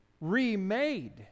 remade